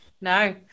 No